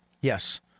Yes